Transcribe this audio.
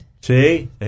See